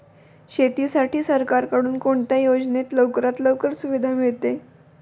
शेतीसाठी सरकारकडून कोणत्या योजनेत लवकरात लवकर सुविधा मिळते?